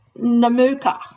Namuka